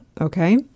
Okay